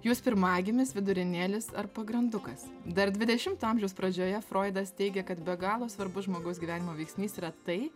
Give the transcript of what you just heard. jūs pirmagimis vidurinėlis ar pagrandukas dar dvidešimto amžiaus pradžioje froidas teigė kad be galo svarbus žmogaus gyvenimo veiksnys yra tai